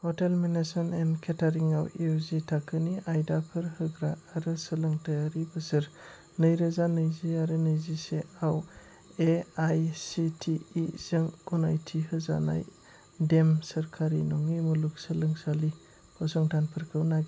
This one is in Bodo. हटेल मेनेजमेन्ट एन्ड केटारिं आव इउजि थाखोनि आयदाफोर होग्रा आरो सोलोंथायारि बोसोर नैरोजा नैजि आरो नैजिसेआव एआइसिटिइजों गनायथि होजानाय दिम्ड सोरखारि नङि मुलुगसोंलोंसालि फसंथानफोरखौ नागिर